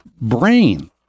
brain